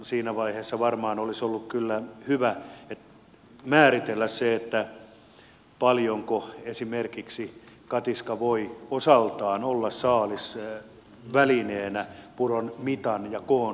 siinä vaiheessa varmaan olisi ollut kyllä hyvä määritellä se paljonko esimerkiksi katiska voi osaltaan olla saalisvälineenä puron mitan ja koon suhteen